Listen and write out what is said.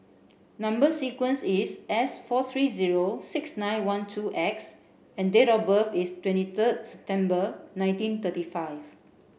number sequence is S four three zero six nine one two X and date of birth is twenty third September nineteen thirty five